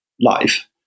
life